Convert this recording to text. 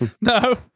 No